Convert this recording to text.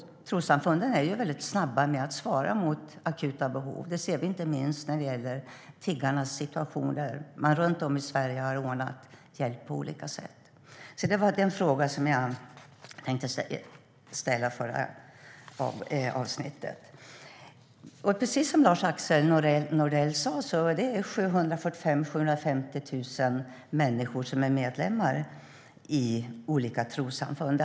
Trossamfunden är väldigt snabba med att svara mot akuta behov. Det ser vi inte minst när det gäller tiggarnas situation, där man runt om i Sverige har ordnat hjälp på olika sätt. Det var den fråga som jag tänkte ställa förra gången. Precis som Lars-Axel Nordell sa är det 745 000-750 000 människor som är medlemmar i olika trossamfund.